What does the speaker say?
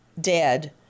dead